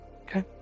Okay